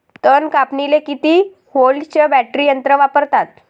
तन कापनीले किती व्होल्टचं बॅटरी यंत्र वापरतात?